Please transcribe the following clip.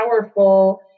powerful